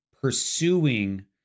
pursuing